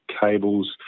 cables